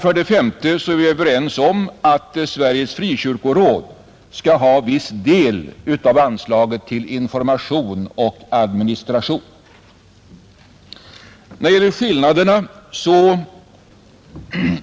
För det femte är vi överens om att Sveriges frikyrkoråd skall ha viss del av anslaget till information och administration. Vad gäller skillnaderna